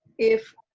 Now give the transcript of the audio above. if